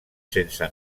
sense